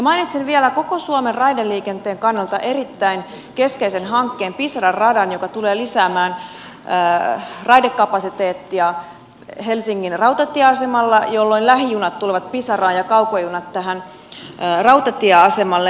mainitsen vielä koko suomen raideliikenteen kannalta erittäin keskeisen hankkeen pisara radan joka tulee lisäämään raidekapasiteettia helsingin rautatieasemalla jolloin lähijunat tulevat pisaraan ja kaukojunat rautatieasemalle